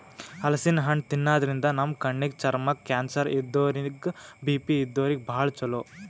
ಹಲಸಿನ್ ಹಣ್ಣ್ ತಿನ್ನಾದ್ರಿನ್ದ ನಮ್ ಕಣ್ಣಿಗ್, ಚರ್ಮಕ್ಕ್, ಕ್ಯಾನ್ಸರ್ ಇದ್ದೋರಿಗ್ ಬಿ.ಪಿ ಇದ್ದೋರಿಗ್ ಭಾಳ್ ಛಲೋ